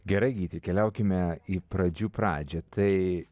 gerai gyti keliaukime į pradžių pradžią tai